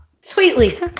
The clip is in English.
sweetly